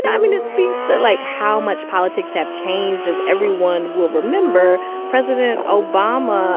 i mean, it speaks to like how much politics have changed. as everyone will remember, president obama